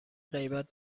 غیبت